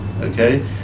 okay